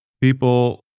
people